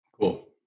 Cool